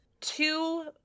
two